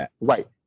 Right